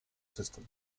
system